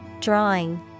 Drawing